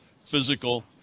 physical